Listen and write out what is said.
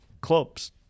clubs